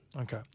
Okay